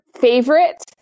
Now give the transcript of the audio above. favorite